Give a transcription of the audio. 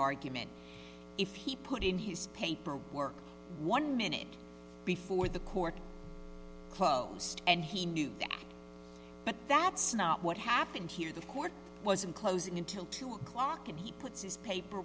argument if he put in his paperwork one minute before the court closed and he knew that but that's not what happened here the court wasn't closing until two o'clock and he puts his